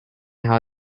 how